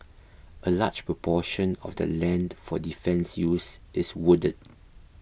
a large proportion of the land for defence use is wooded